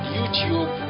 YouTube